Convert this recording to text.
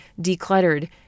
decluttered